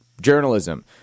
journalism